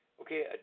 okay